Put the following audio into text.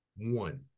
One